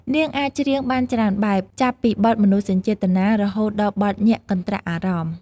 នាងអាចច្រៀងបានច្រើនបែប ចាប់ពីបទមនោសញ្ចេតនា រហូតដល់បទញាក់កន្ត្រាក់អារម្មណ៍។